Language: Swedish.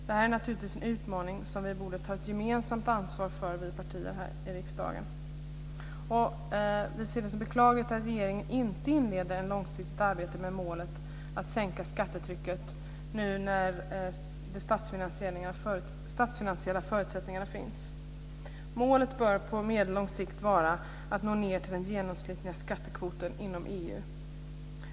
Det är naturligtvis en utmaning som vi borde ta ett gemensamt ansvar för i riksdagen. Vi kristdemokrater ser det som beklagligt att regeringen inte inleder ett långsiktigt arbete med målet att sänka skattetrycket nu när de statsfinansiella förutsättningarna finns. Målet på medellång sikt bör vara att nå ned till den genomsnittliga skattekvoten inom EU.